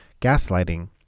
gaslighting